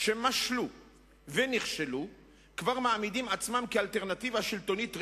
שמשלו ונכשלו כבר מעמידים עצמם כאלטרנטיבה שלטונית ראויה,